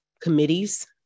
committees